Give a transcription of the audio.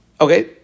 Okay